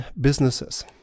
businesses